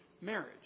marriage